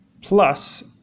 plus